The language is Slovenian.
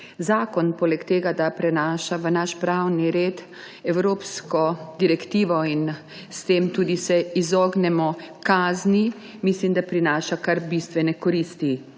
Zakon poleg tega da prenaša v naš pravni red evropsko direktivo, s tem pa se tudi izognemo kazni, mislim, da prinaša tudi bistvene koristi